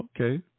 Okay